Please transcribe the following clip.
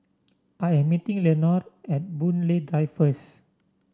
I am meeting Leonore at Boon Lay Drive first